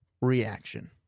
reaction